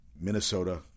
Minnesota